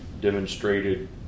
demonstrated